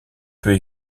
peut